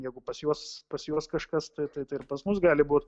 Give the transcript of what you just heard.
jeigu pas juos pas juos kažkas tai tai ir pas mus gali būt